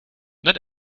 not